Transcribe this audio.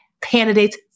candidates